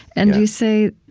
and you say,